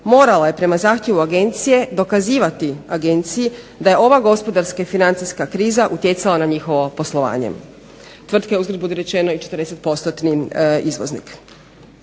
morala je prema zahtjevu agencije dokazivati agenciji da je ova gospodarska i financijska kriza utjecala na njihovo poslovanje. Tvrtka je uzgred budi rečeno i 40% izvoznik.